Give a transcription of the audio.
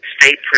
State